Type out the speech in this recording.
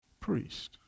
priest